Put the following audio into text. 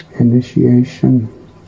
Initiation